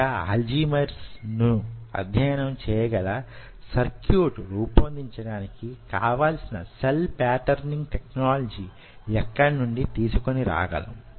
లేక అల్జిమర్స్ ను అధ్యయనం చేయగల సర్క్యూట్ రూపొందించడానికి కావలసిన సెల్ పాటర్నింగ్ టెక్నాలజీ యెక్కడ నుండి తీసుకొనిరాగలం